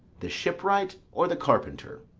the shipwright, or the carpenter?